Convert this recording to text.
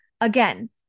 Again